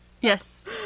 Yes